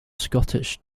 scottish